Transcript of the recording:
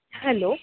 hello